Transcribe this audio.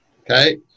okay